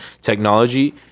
technology